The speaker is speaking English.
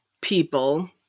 people